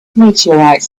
meteorites